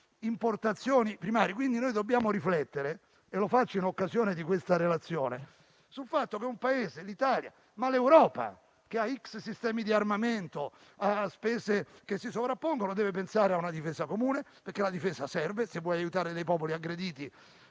quindi riflettere - e lo faccio in occasione di questa relazione - sul fatto che un Paese come l'Italia - ma anche l'Europa - che ha sistemi di armamento e spese che si sovrappongono, deve pensare a una difesa comune, perché la difesa serve: se si vogliono aiutare dei popoli aggrediti,